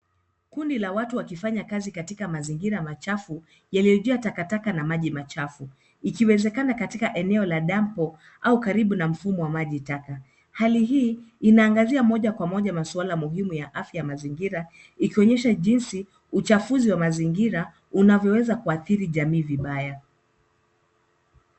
Kundi la watu wakifanya kazi katika mazingira machafu, yaliyo jaa takataka na maji machafu. Ikiwezekana katika eneo la dampo au karibu na mfumo wa maji taka. Hali hii, inaangazia moja kwa moja masuala muhimu ya afya ya mazingira ikionyesha jinsi, uchafuzi wa mazingira, unavyoweza kuathiri jamii vibaya.